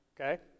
okay